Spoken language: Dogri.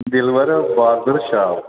Dilwar barber shop